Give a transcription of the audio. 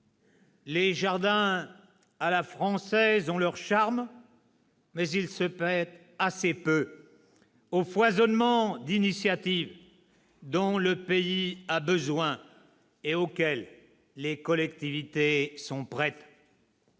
Les jardins à la française ont leur charme, mais ils se prêtent assez peu au foisonnement d'initiatives dont le pays a besoin et auquel les collectivités sont prêtes.